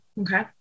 Okay